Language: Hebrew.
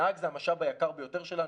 הנהג זה המשאב היקר ביותר שלנו.